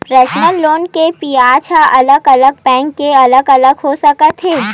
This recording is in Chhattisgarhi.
परसनल लोन के बियाज ह अलग अलग बैंक के अलग अलग हो सकत हे